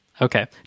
Okay